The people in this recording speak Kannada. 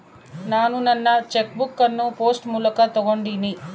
ನಾನು ನನ್ನ ಚೆಕ್ ಬುಕ್ ಅನ್ನು ಪೋಸ್ಟ್ ಮೂಲಕ ತೊಗೊಂಡಿನಿ